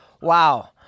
Wow